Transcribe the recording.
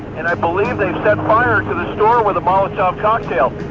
and i believe they've set fire to the store with a molotov cocktail.